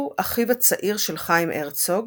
הוא אחיו הצעיר של חיים הרצוג,